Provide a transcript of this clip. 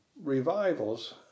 Revivals